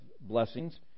blessings